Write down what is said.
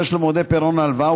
דחייה של מועדי פירעון ההלוואה,